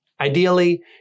Ideally